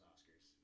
Oscars